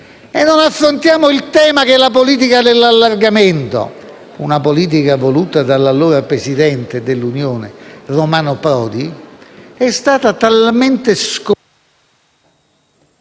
e non affrontiamo invece il tema che la politica dell'allargamento, una politica voluta dall'allora presidente dell'Unione Romano Prodi, è stata talmente scombinata